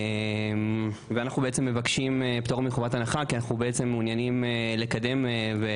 אנחנו מבקשים פטור מחובת הנחה כי אנחנו מעוניינים לקדם את